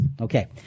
Okay